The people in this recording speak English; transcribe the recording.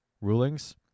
rulings